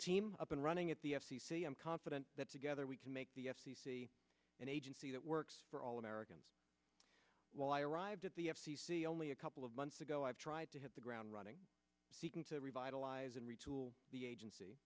team up and running at the f c c i'm confident that together we can make the f c c an agency that works for all americans why arrived at the f c c only a couple of months ago i've tried to hit the ground running seeking to revitalize and retool the agency